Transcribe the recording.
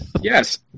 yes